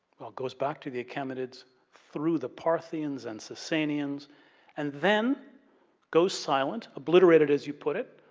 well goes back to the achaemenids through the parthians and sasanians and then goes silent, obliterated as you put it,